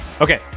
Okay